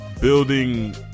building